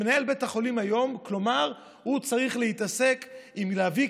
מנהל בית חולים כיום צריך להתעסק עם הבאת